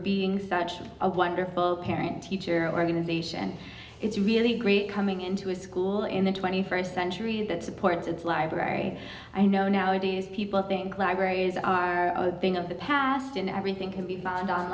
being such a wonderful parent teacher organization is really great coming into a school in the twenty first century that supports its library i know nowadays people think libraries are thing of the past and everything can be found